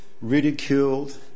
ridiculed